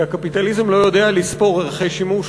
כי הקפיטליזם לא יודע לספור ערכי שימוש,